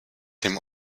dem